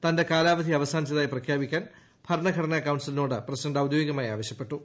തന്റെ കാലാവധി അവസാനിച്ചതായി പ്രഖ്യാപിക്കാൻ ഭരണഘടനാ കൌൺസിലിനോട് പ്രസിഡന്റ് ളൌർദ്ദ്യോഗികമായി ആവശ്യപ്പെട്ടു